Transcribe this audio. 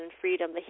freedom